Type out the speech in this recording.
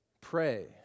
Pray